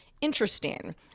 interesting